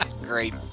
Great